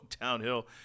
downhill